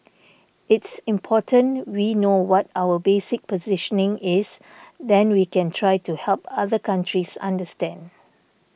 it's important we know what our basic positioning is then we can try to help other countries understand